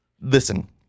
listen